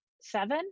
seven